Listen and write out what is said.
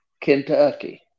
Kentucky